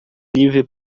livre